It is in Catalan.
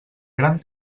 gran